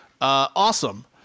Awesome